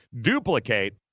duplicate